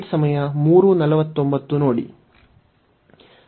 ನಾವು ಮುಂದುವರಿಯೋಣ